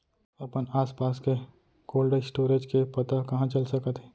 अपन आसपास के कोल्ड स्टोरेज के पता कहाँ चल सकत हे?